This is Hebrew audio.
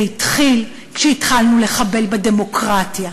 זה התחיל כשהתחלנו לחבל בדמוקרטיה,